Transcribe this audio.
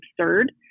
absurd